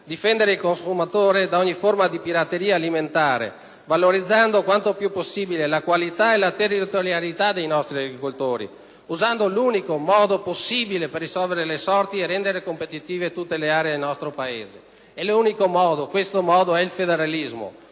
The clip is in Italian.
difendere il consumatore da ogni forma di pirateria alimentare, valorizzare quanto più possibile qualità e territorialità dei nostri agricoltori, usando l'unico modo possibile per risolvere le sorti e rendere competitive tutte le aree del nostro Paese. L'unico modo è il federalismo,